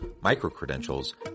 micro-credentials